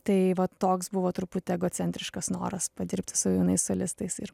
tai vat toks buvo truputį egocentriškas noras padirbti su jaunais solistais ir